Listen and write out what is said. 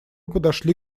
подошли